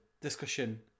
discussion